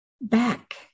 back